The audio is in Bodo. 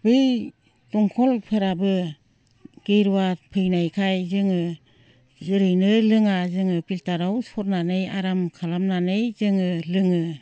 बै दंखलफोराबो गेरुवा फैनायखाय जोङो ओरैनो लोङा जोङो फिल्टाराव सरनानै आराम खालामनानै जोङो लोङो